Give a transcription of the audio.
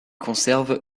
conserve